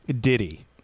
Diddy